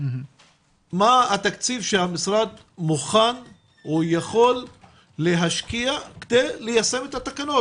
מה התקציב שהמשרד מוכן או יכול להשקיע כדי ליישם את התקנות?